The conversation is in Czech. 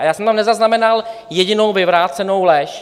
A já jsem tam nezaznamenal jedinou vyvrácenou lež.